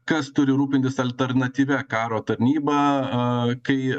kas turi rūpintis alternatyvia karo tarnyba a kai